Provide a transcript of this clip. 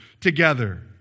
together